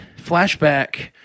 Flashback